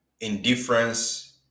indifference